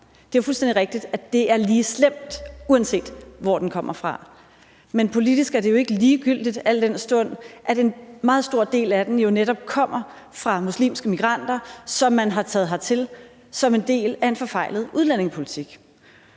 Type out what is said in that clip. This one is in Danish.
Det er jo fuldstændig rigtigt, at det er lige slemt, uanset hvor den kommer fra. Men politisk er det jo ikke ligegyldigt, al den stund at en meget stor del af den netop kommer fra muslimske migranter, som man har taget hertil som en del af en forfejlet udlændingepolitik.